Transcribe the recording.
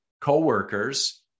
coworkers